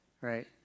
right